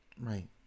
Right